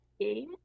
game